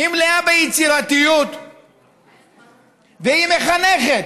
היא מלאה ביצירתיות והיא מחנכת.